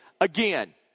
again